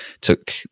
took